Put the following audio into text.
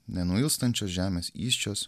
nenuilstančios žemės įsčios